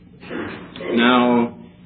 Now